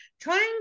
trying